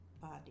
body